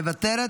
מוותרת.